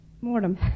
mortem